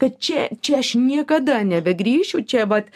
kad čia čia aš niekada nebegrįšiu čia vat